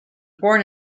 born